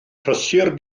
prysur